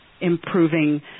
improving